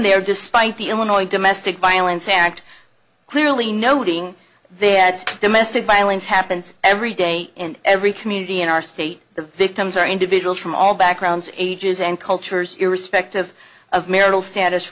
there despite the illinois domestic violence act clearly noting that domestic violence happens every day in every community in our state the victims are individuals from all backgrounds ages and cultures irrespective of marital status